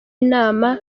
inama